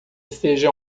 seja